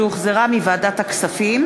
שהוחזרה מוועדת הכספים,